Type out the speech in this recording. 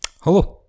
Hello